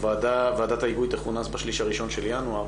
שוועדת ההיגוי תכונס בשליש הראשון של ינואר,